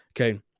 Okay